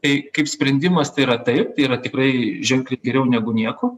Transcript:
tai kaip sprendimas tai yra taip tai yra tikrai ženkliai geriau negu nieko